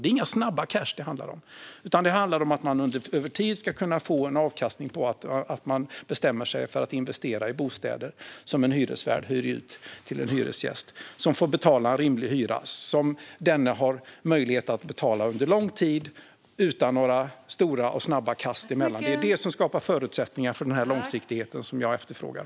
Det är inga snabba cash det handlar om, utan det handlar om att man över tid ska kunna få en avkastning för att man investerar i bostäder som man som hyresvärd hyr ut till en hyresgäst för en hyra som denne har möjlighet att betala under lång tid, utan snabba och tvära kast. Detta skapar förutsättningar för den långsiktighet jag efterfrågar.